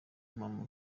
mpamo